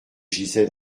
gisait